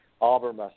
Auburn